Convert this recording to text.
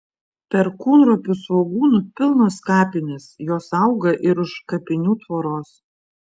perkūnropių svogūnų pilnos kapinės jos auga ir už kapinių tvoros